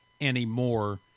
anymore